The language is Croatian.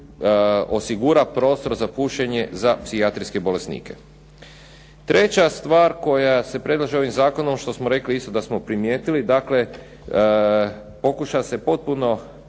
osigura prostor za pušenje za psihijatrijske bolesnike. Treća stvar koja se predlaže ovim zakonom što smo rekli da smo primijetili, dakle pokuša se potpuno